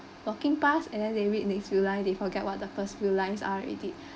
walking pass and then they read next few line they forget what the first few lines are already